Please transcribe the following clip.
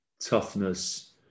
toughness